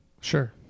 Sure